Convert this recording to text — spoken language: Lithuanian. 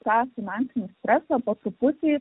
tą finansinį stresą po truputį